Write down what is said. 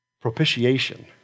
Propitiation